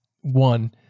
one